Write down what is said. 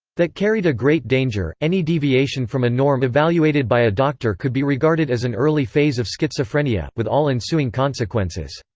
that carried a great danger any deviation from a norm evaluated by a doctor could be regarded as an early phase of schizophrenia, with all ensuing consequences.